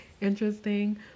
interesting